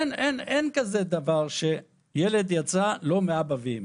אין כזה דבר מבחינה ביולוגית שילד יצא לא יצא מאבא ואימא.